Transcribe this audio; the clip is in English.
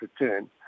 return